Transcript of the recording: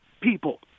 people